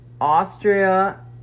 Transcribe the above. Austria